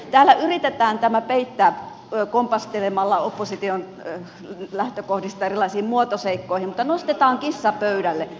täällä yritetään tämä peittää kompastelemalla opposition lähtökohdista erilaisiin muotoseikkoihin mutta nostetaan kissa pöydälle